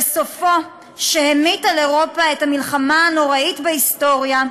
וסופו שהמיט על אירופה את המלחמה הנוראית בהיסטוריה.